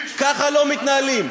קיש, ככה לא מתנהלים.